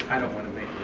i don't want to make